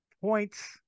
points